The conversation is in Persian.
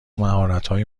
مهارتهای